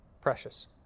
precious